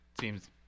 seems